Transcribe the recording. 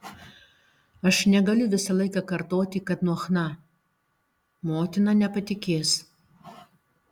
aš negaliu visą laiką kartoti kad nuo chna motina nepatikės